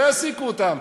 לא יעסיקו אותם.